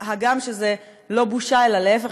הגם שזו לא בושה אלא להפך,